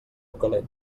calent